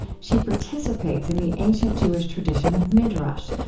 she participates in the ancient jewish tradition of midrash,